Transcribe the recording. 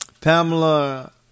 Pamela